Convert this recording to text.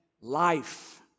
life